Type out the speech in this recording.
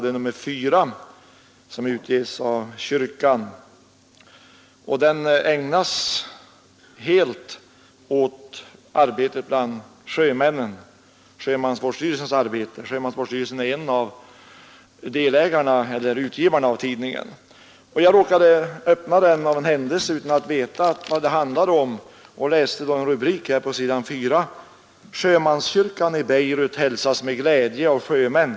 Den tidningen utges av kyrkan, och detta nummer ägnas helt åt sjömansvårdsstyrelsens arbete bland sjömännen. Sjömansvårdsstyrelsen är en av utgivarna av tidningen. Jag råkade öppna tidningen av en händelse utan att veta vad den handlade om och läste på s. 4 en rubrik ”Sjömanskyrkan i Beirut hälsas med glädje av sjömän”.